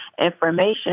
information